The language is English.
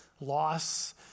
loss